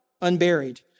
unburied